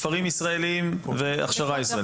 ספרים ישראלים והכשרה ישראלית.